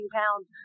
pounds